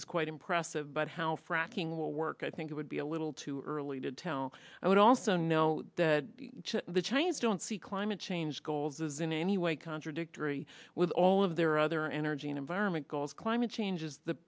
is quite impressive but how fracking will work i think it would be a little too early to tell i would also know that the chinese don't see climate change goals as in any way contradictory with all of their other energy and environment goals climate changes the